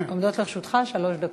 עומדות לרשותך שלוש דקות.